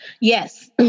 Yes